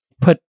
put